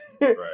Right